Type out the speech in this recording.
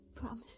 Promise